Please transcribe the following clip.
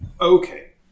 Okay